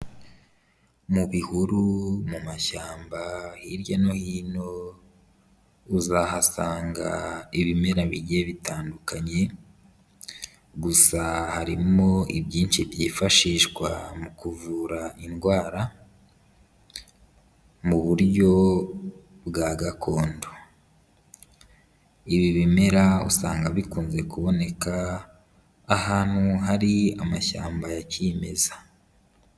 Mu bihuru, mu mashyamba hirya no hino uzahasanga ibimera bigiye bitandukanye, gusa harimo ibyinshi byifashishwa mu kuvura indwara mu buryo bwa gakondo, ibi bimera usanga bikunze kuboneka ahantu hari amashyamba ya kimeza.